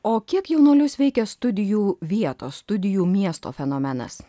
o kiek jaunuolius veikia studijų vietos studijų miesto fenomenas